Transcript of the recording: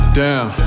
down